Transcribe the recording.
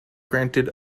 granted